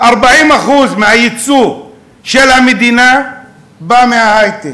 40% מהיצוא של המדינה בא מההיי-טק,